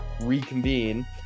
reconvene